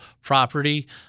property